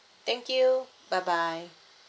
thank you bye bye